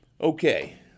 Okay